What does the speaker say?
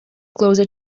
closer